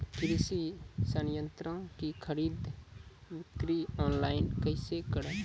कृषि संयंत्रों की खरीद बिक्री ऑनलाइन कैसे करे?